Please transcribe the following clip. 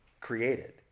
created